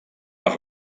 per